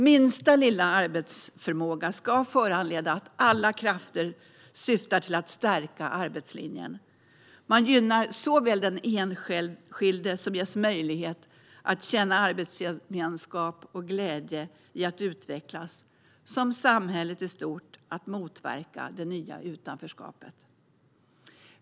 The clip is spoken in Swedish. Minsta lilla arbetsförmåga ska föranleda alla krafter att stärka arbetslinjen. Man gynnar såväl den enskilde, som ges möjlighet att känna arbetsgemenskap och glädje i att utvecklas, som samhället i stort att motverka det nya utanförskapet.